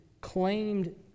claimed